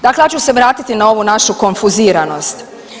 Dakle, ja ću se vratiti na ovu našu konfuziranost.